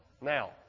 Now